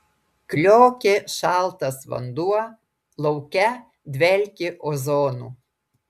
kliokė šaltas vanduo lauke dvelkė ozonu